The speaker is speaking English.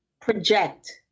project